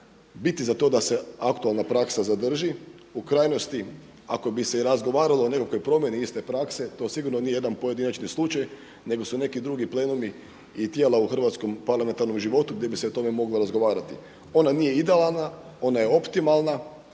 biti za to da se aktualna praksa zadrži. U krajnosti ako bi se i razgovaralo o nekakvoj promjeni iste prakse to sigurno nije jedan pojedinačni slučaj nego su neki drugi plenumi i tijela u hrvatskom parlamentarnom životu gdje bi se o tome moglo razgovarati. Ona nije idealna, ona je optimalna,